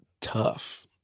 tough